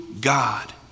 God